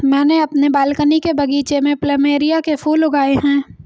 मैंने अपने बालकनी के बगीचे में प्लमेरिया के फूल लगाए हैं